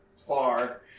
far